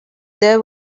there